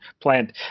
plant